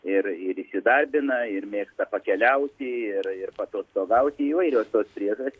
ir ir įsidarbina ir mėgsta pakeliauti ir ir paatostogauti įvairios tos priežastys